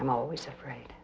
i'm always afraid